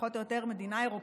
פחות או יותר מדינה אירופית,